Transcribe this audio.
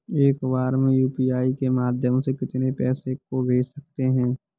एक बार में यू.पी.आई के माध्यम से कितने पैसे को भेज सकते हैं?